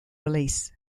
release